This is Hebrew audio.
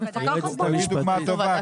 יש לי דוגמה טובה,